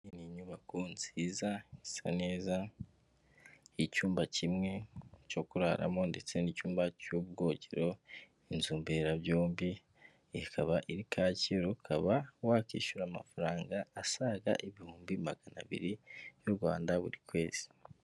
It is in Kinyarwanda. Ni inyubako nziza isa neza y'icyumba kimwe cyo kuraramo ndetse n'icyumba cy'ubwogero inzu mberabyombi, ikaba iri Kacyiru, ukaba wakishyura amafaranga asaga ibihumbi magana abiri y'u Rwanda buri kwezi.